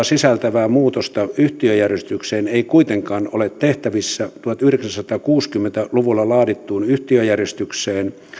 sisältämää muutosta yhtiöjärjestykseen ei kuitenkaan ole tehtävissä tuhatyhdeksänsataakuusikymmentä luvulla laadittuun yhtiöjärjestykseen